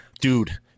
Dude